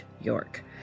York